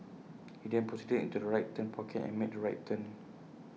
he then proceeded into the right turn pocket and made the right turn